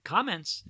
Comments